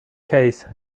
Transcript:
case